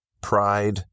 pride